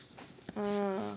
orh